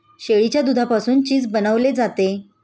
शेळीच्या दुधापासून चीज बनवले जाते